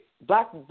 black